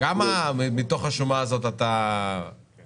כמה מתוך השומה הזאת אתה מפריש